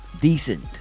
Decent